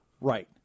Right